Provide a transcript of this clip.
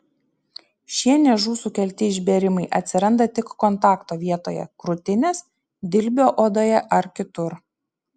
šie niežų sukelti išbėrimai atsiranda tik kontakto vietoje krūtinės dilbio odoje ar kitur